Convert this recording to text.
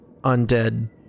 undead